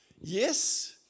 Yes